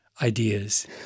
ideas